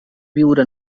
viure